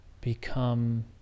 become